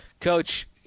Coach